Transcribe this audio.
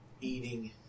eating